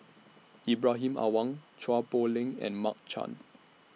Ibrahim Awang Chua Poh Leng and Mark Chan